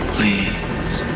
Please